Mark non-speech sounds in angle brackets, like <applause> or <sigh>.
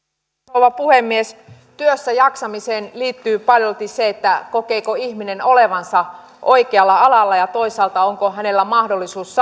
rouva puhemies työssäjaksamiseen liittyy paljolti se se kokeeko ihminen olevansa oikealla alalla ja toisaalta onko hänellä mahdollisuus <unintelligible>